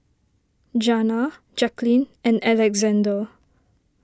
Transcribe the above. Janna Jaclyn and Alexzander